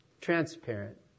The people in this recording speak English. transparent